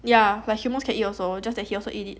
ya like humans can eat also is just that he also eat it